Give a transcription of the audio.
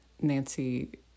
Nancy